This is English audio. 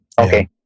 okay